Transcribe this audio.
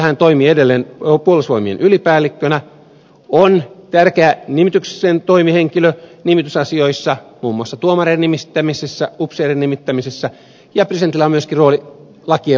hän toimii edelleen puolustusvoimien ylipäällikkönä on tärkeä toimihenkilö nimitysasioissa muun muassa tuomareiden nimittämisessä upseerien nimittämisessä ja presidentillä on myöskin rooli lakien vahvistamisessa